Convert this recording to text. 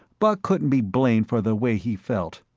buck couldn't be blamed for the way he felt.